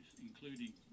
including